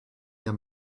ihr